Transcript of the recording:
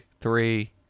three